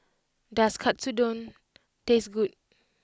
does Katsudon taste good